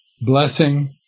blessing